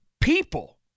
people